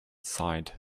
sighed